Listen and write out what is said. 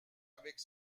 avec